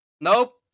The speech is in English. Nope